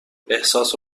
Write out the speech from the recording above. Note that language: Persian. احساس